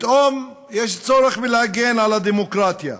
פתאום יש צורך להגן על הדמוקרטיה,